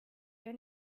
wer